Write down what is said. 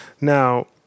Now